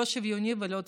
לא שוויוני ולא צודק.